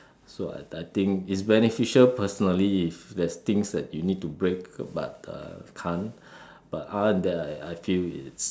so I I think it's beneficial personally if there's things that you need to break but uh can't but other than that I feel it's